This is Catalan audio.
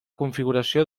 configuració